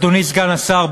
אדוני סגן שר,